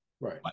Right